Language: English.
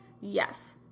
Yes